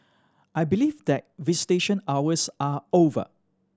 I believe that visitation hours are over